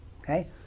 Okay